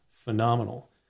phenomenal